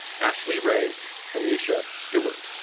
ashley-rae anesha stewart,